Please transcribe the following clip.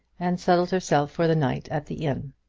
and settled herself for the night at the inn.